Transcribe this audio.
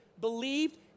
believed